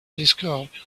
telescope